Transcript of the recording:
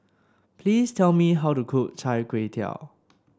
please tell me how to cook chai kway tow